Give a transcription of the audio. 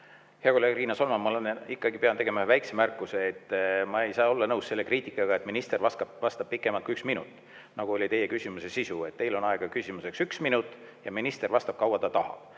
Hea kolleeg Riina Solman! Ma ikkagi pean tegema väikese märkuse. Ma ei saa olla nõus selle kriitikaga, et minister vastab pikemalt kui üks minut, nagu oli teie küsimuse sisu. Teil on aega küsimuseks üks minut ja minister vastab, kaua ta tahab.